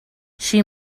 she